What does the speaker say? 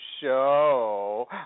show